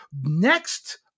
Next